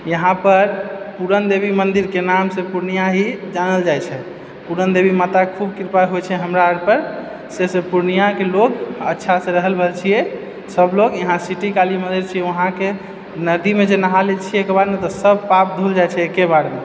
यहाँ पर पूरण देवी मंदिरके नामसँ पूर्णिया ही जानल जाइत छै पूरण देवी माता खूब कृपा होइत छै हमरा आर पर से से पूर्णियाके लोग अच्छासँ रहि रहल छियै सब लोग यहाँ सिटी काली मंदिर छै ओतऽके नदीमे जे नहा लए छियै ओहिके बादमे तऽसब पाप धूल जाइत छै एके बारमे